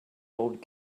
old